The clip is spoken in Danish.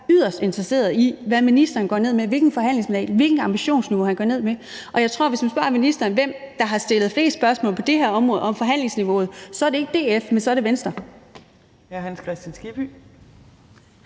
yderst interesseret i, hvad ministeren går derned med, hvilket forhandlingsmandat, hvilket ambitionsniveau han går derned med. Og jeg tror, at hvis man spørger ministeren om, hvem der har stillet flest spørgsmål om forhandlingsniveauet på det her område, er svaret